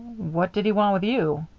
what did he want with you?